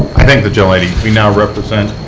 i thank the gentlelady. we now recognize